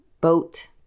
boat